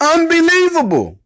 Unbelievable